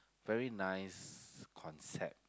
very nice concept